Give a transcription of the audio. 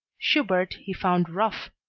schubert he found rough,